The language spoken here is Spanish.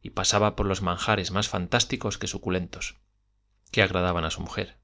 y pasaba por los manjares más fantásticos que suculentos que agradaban a su mujer